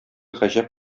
гаҗәп